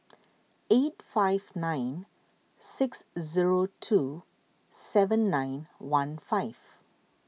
eight five nine six zero two seven nine one five